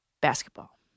basketball